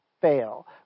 fail